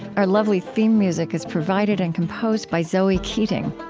our lovely theme music is provided and composed by zoe keating.